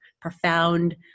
profound